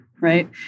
right